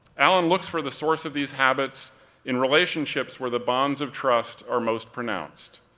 allen looks for the source of these habits in relationships where the bonds of trust are most pronounced,